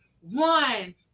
one